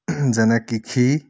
যেনে কৃষি